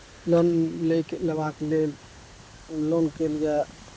loan लऽके लेबाक लेल लोन केलियै